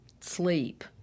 sleep